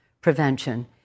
prevention